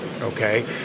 okay